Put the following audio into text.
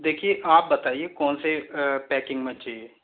देखिए आप बताइए कौन से पैकिंग में चाहिए